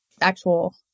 actual